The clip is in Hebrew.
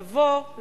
לבוא,